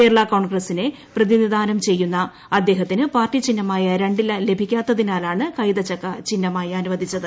കേരള കോൺഗ്രസിനെ പ്രതിനിധാനം ചെയ്യുന്ന അദ്ദേഹത്തിന് പാർട്ടി ചിഹ്നമായ രണ്ടില ലൂഭീക്കാത്തതിനാലാണ് കൈത ച്ചുക്ക ചിഹ്നമായി അനുവദിച്ചത്